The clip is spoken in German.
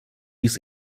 dies